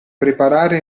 preparare